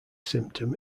symptom